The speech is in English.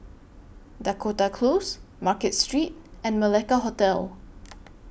Dakota Close Market Street and Malacca Hotel